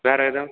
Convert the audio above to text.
வேறு ஏதாவது